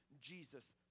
Jesus